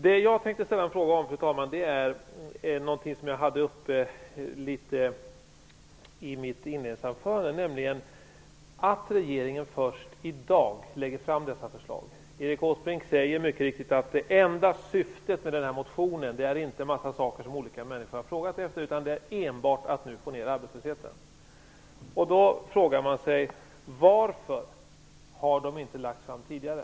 Det jag tänkte ställa en fråga om, fru talman, är någonting som jag tog upp också i mitt inledningsanförande, nämligen att regeringen först i dag lägger fram dessa förslag. Erik Åsbrink säger mycket riktigt att det enda syftet med den här propositionen inte är en massa saker som olika människor har frågat efter utan enbart att nu få ned arbetslösheten. Då frågar man sig: Varför har dessa förslag inte lagts fram tidigare?